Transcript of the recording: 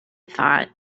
thought